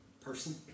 person